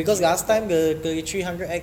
cheap as balls